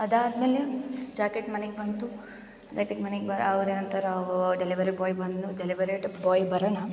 ಅದಾದ ಮೇಲೆ ಜಾಕೆಟ್ ಮನೆಗೆ ಬಂತು ಜಾಕೆಟ್ ಮನೆಗ್ ಬರೊ ಅವ್ರು ಏನಂತರೆ ಅವರು ಡೆಲಿವರಿ ಬಾಯ್ ಬಂದನು ಡೆಲಿವರಿಡ್ ಬಾಯ್ ಬರೋಣ